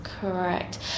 correct